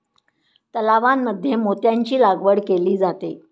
तलावांमध्ये मोत्यांची लागवड केली जाते